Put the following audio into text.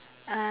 uh